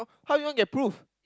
how do you want get proof